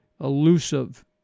elusive